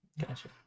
Gotcha